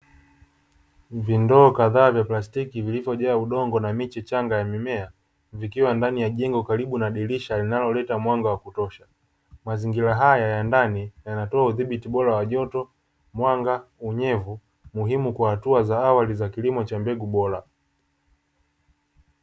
Vindoo kadhaa vya plastiki vilivyojaa udongo na miche changa ya mimea, vikiwa ndani ya jengo karibu na dirisha linaloleta mwanga wa kutosha, mazingira haya ya ndani yanatoa udhibiti bora wa joto, mwanga, unyevu, muhimu kwa hatua za awali ya kilimo cha mbegu bora.